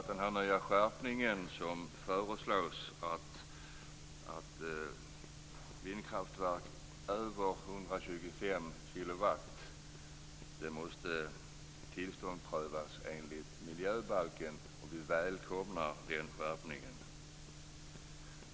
Den nya skärpningen som föreslås, att tillstånd för vindkraftverk över 125 kilowattimmar måste prövas enligt miljöbalken, välkomnar vi.